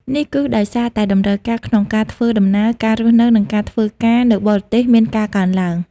នេះគឺដោយសារតែតម្រូវការក្នុងការធ្វើដំណើរ ការរស់នៅ និងការធ្វើការនៅបរទេសមានការកើនឡើង។